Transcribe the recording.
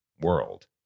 world